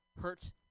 hurt